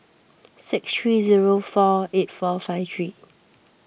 six three zero four eight four five three